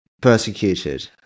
persecuted